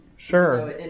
Sure